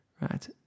Right